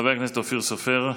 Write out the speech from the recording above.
חבר הכנסת אופיר סופר,